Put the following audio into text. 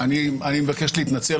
אני מבקש להתנצל,